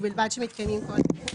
ובלבד שמתקיימים כל אלה: